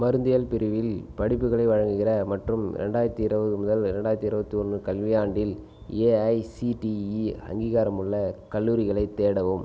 மருந்தியல் பிரிவில் படிப்புகளை வழங்குகிற மற்றும் ரெண்டாயிரத்தி இருபது முதல் ரெண்டாயிரத்தி இருபத்தி ஒன்று கல்வியாண்டில் ஏஐசிடிஇ அங்கீகாரமுள்ள கல்லூரிகளைத் தேடவும்